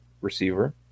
receiver